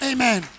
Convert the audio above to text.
Amen